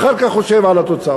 ואחר כך חושב על התוצאות.